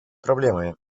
проблемам